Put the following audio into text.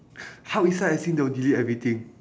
hard reset as in they'll delete everything